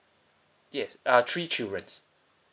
yes uh three childrens